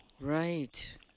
Right